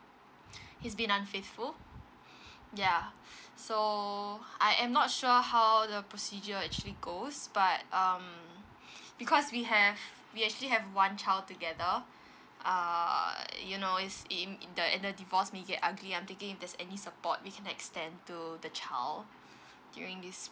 he's been unfaithful ya so I am not sure how the procedure actually goes but um because we have we actually have one child together err you know is in and the and the divorce make it ugly I'm thinking if there's any support we can extend to the child during this